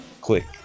Click